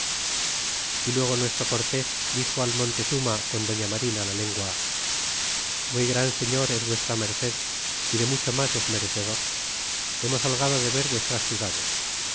y luego nuestro cortés dixo al montezuma con doña marina la lengua muy gran señor es v md y de mucho mas es merecedor hemos holgado de ver vuestras ciudades